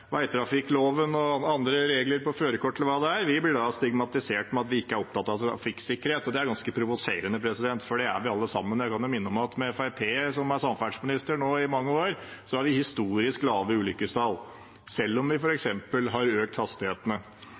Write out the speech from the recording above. veitrafikkloven og andre regler for førerkort eller hva det er, blir stigmatisert med at vi ikke er opptatt av trafikksikkerhet. Det er ganske provoserende, for det er vi alle sammen. Jeg kan minne om at etter å ha hatt samferdselsminister fra Fremskrittspartiet i mange år har vi historisk lave ulykkestall, selv om vi f.eks. har økt hastighetene.